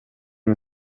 min